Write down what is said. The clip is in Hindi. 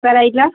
करेला